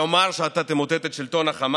לומר שאתה תמוטט את שלטון החמאס?